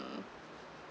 um